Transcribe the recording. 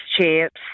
Chips